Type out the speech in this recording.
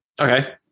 Okay